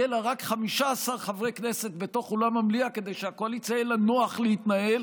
יהיו רק 15 חברי כנסת בתוך אולם המליאה כדי שלקואליציה יהיה נוח להתנהל,